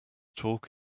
talk